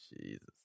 Jesus